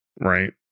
right